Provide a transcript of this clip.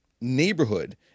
neighborhood